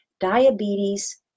diabetes